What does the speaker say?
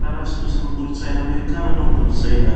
mivagnalavitsy loatsy amy kolotsaina amerikana aloha gny kolotsaina